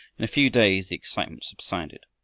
in a few days the excitement subsided.